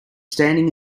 standing